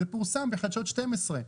זה פורסם בחדשות 12,